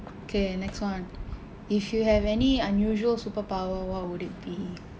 okay next one if you have any unusual superpower what would it be